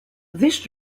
these